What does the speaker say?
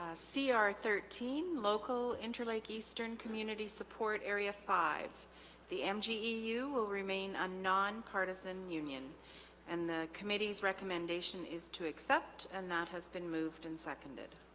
ah see our thirteen local interlake eastern community support area five the mge you you will remain a nonpartisan union and the committee's recommendation is to accept and that has been moved and seconded